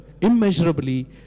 immeasurably